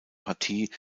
partie